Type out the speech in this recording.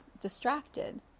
distracted